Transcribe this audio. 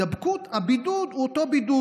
הבידוד הוא אותו בידוד,